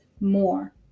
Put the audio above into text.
more